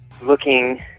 Looking